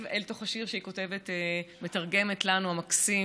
אל תוך השיר המקסים שהיא מתרגמת לנו על פריס.